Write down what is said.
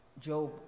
Job